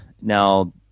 Now